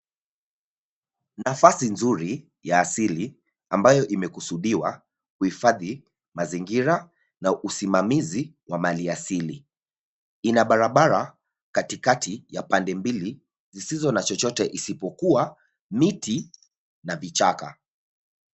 Nafasi nzuri ya asili ambayo imekusudiwa kuhifadhi mazingira na usimamizi wa mali asili. Ina barabara katikati ya pande mbili zisizo na chochote isipokuwa miti na vichaka.